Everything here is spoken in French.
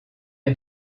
est